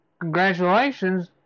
Congratulations